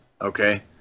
...okay